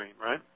right